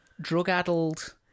drug-addled